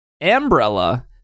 Umbrella